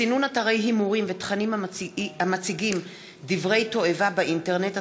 סינון אתרי הימורים ותכנים המציגים דברי תועבה באינטרנט),